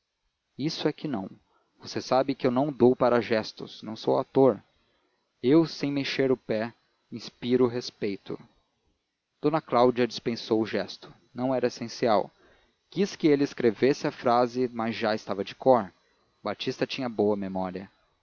isso é que não você sabe que eu não dou para gestos não sou ator eu sem mexer um pé inspiro respeito d cláudia dispensou o gesto não era essencial quis que ele escrevesse a frase mas já estava de cor batista tinha boa memória